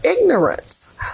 ignorance